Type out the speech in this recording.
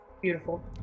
beautiful